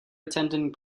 attending